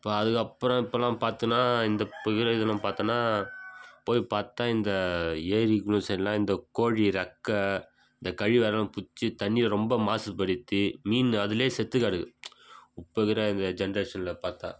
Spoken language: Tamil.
இப்போ அதுக்கப்புறம் இப்பெல்லாம் பார்த்தோனா இந்த இப்போ இருக்கிற இதை நம்ம பார்த்தோனா போய் பார்த்தா இந்த ஏரி குளம் சைட்டெல்லாம் இந்த கோழி ரெக்கை இந்த கழிவெல்லாம் பிடிச்சி தண்ணியை ரொம்ப மாசுப்படுத்தி மீன் அதிலே செத்து கிடக்குது இப்போ இருக்கிற இந்த ஜென்ரேஷனில் பார்த்தா